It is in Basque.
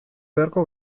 beharko